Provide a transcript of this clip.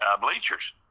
bleachers